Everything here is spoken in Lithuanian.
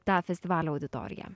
tą festivalio auditoriją